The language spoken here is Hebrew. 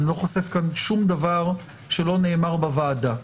אני לא חושף כאן שום דבר שלא נאמר בוועדה,